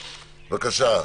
בבקשה.